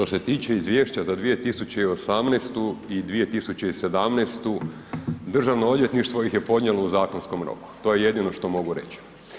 Što se tiče izvješća za 2018. i 2017., Državno odvjetništvo ih je podnijelo u zakonskom roku, to je jedino što mogu reć.